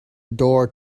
door